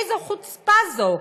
איזו חוצפה זאת?